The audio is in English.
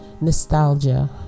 nostalgia